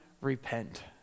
repent